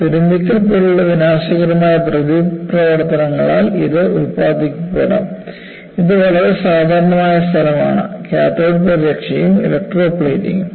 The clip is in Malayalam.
തുരുമ്പിക്കൽ പോലുള്ള വിനാശകരമായ പ്രതിപ്രവർത്തനങ്ങളാൽ ഇത് ഉൽപാദിപ്പിക്കപ്പെടാം ഇത് വളരെ സാധാരണ സ്ഥലമാണ് കാഥോഡിക് പരിരക്ഷയും ഇലക്ട്രോപ്ലേറ്റിംഗും